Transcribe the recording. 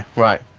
right.